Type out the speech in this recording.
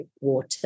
water